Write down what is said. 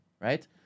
Right